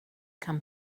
come